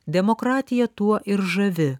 demokratija tuo ir žavi